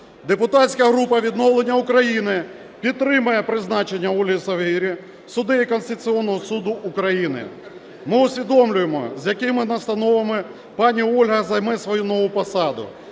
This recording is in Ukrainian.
Депутатська група "Відновлення України" підтримує призначення Ольги Совгирі суддею Конституційного Суду України. Ми усвідомлюємо з якими настановами пані Ольга займе свою нову посаду,